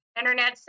internet